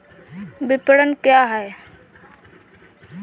विपणन क्या है?